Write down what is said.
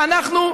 ואנחנו,